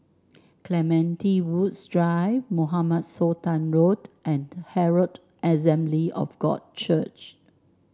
Clementi Woods Drive Mohamed Sultan Road and Herald Assembly of God Church